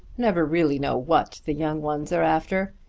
never really know what the young ones are after.